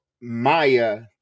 maya